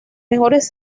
mejores